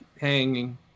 hanging